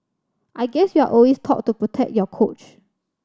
I guess you're always taught to protect your coach